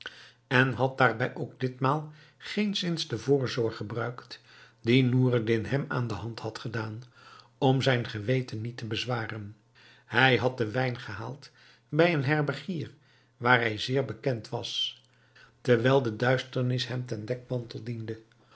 en had daarbij ook ditmaal geenszins de voorzorg gebruikt die noureddin hem aan de hand had gedaan om zijn geweten niet te bezwaren hij had den wijn gehaald bij een herbergier waar hij zeer bekend was terwijl de duisternis hem ten dekmantel diende